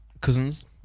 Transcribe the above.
cousins